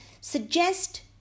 suggest